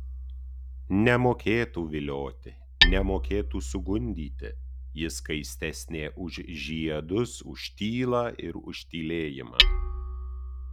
nemokėtų vilioti nemokėtų sugundyti ji skaistesnė už žiedus už tylą ir už tylėjimą